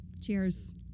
Cheers